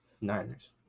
Niners